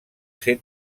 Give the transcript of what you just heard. ser